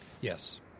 Yes